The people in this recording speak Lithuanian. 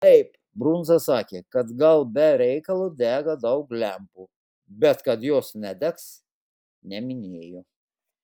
taip brundza sakė kad gal be reikalo dega daug lempų bet kad jos nedegs neminėjo